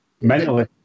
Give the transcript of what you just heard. Mentally